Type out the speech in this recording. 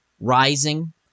rising